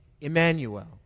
Emmanuel